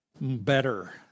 better